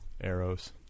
arrows